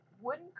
wooden